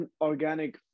organic